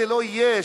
זה לא יהיה,